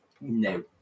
No